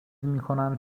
میکنند